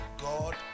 God